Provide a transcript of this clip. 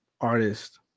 artist